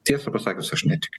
tiesą pasakius aš netikiu